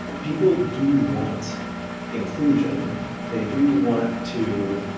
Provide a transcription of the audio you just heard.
people do want inclusion they do want to